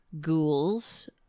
ghouls